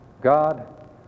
God